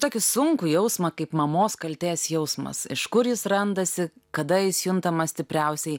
tokį sunkų jausmą kaip mamos kaltės jausmas iš kur jis randasi kada jis juntamas stipriausiai